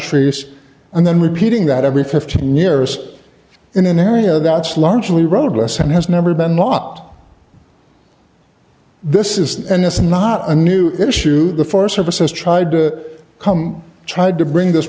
trees and then repeating that every fifteen years in an area that's largely road less and has never been not this is and it's not a new issue the forest service has tried to come tried to bring this